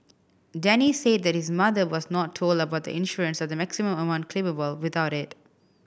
Denny said that his mother was not told about the insurance or the maximum amount claimable without it